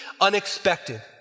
unexpected